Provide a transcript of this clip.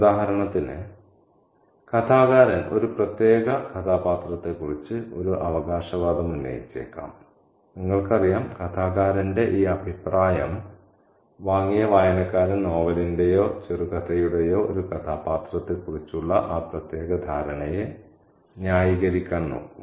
ഉദാഹരണത്തിന് കഥാകാരൻ ഒരു പ്രത്യേക കഥാപാത്രത്തെക്കുറിച്ച് ഒരു അവകാശവാദം ഉന്നയിച്ചേക്കാം നിങ്ങൾക്കറിയാം കഥാകാരന്റെ ഈ അഭിപ്രായം വാങ്ങിയ വായനക്കാരൻ നോവലിന്റെയോ ചെറുകഥയുടെയോ ഒരു കഥാപാത്രത്തെക്കുറിച്ചുള്ള ആ പ്രത്യേക ധാരണയെ ന്യായീകരിക്കാൻ നോക്കും